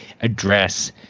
address